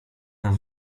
nad